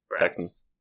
Texans